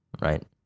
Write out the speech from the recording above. Right